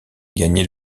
gagné